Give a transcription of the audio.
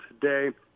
today